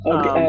Okay